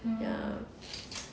ya